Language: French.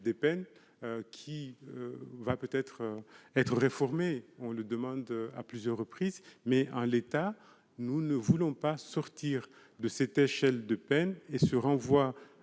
des peines qui va peut-être être réformé, on lui demande à plusieurs reprises, mais en l'état, nous ne voulons pas sortir de cette échelle de peines et ce renvoi